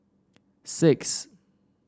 six